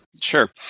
Sure